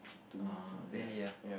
oh really ya